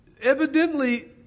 Evidently